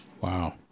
Wow